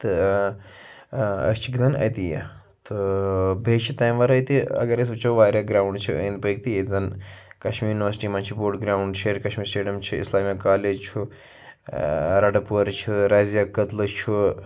تہٕ أسۍ چھِ گِنٛدان أتی تہٕ بیٚیہِ چھِ تَمہِ وَرٲے تہِ اگر أسۍ وٕچھو واریاہ گرٛاوُنٛڈ چھِ أنٛدۍ پٔتۍ تہِ ییٚتہِ زَن کَشمیٖر یونیورسٹی منٛز چھِ بوٚڈ گرٛاوُنٛڈ شیرِ کَشمیٖر سٕٹیڈیَم چھِ اِسلامیہ کالیج چھُ رَڈٕپورِ چھُ رازے کٔدلہٕ چھُ